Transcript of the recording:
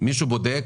בודק